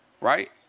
right